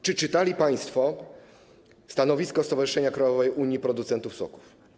Czy czytali państwo stanowisko stowarzyszenia Krajowa Unia Producentów Soków?